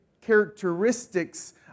characteristics